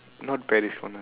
not Paris